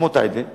כמו טייבה ועוד,